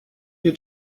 you